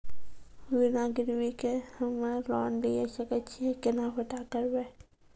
बिना गिरवी के हम्मय लोन लिये सके छियै केना पता करबै?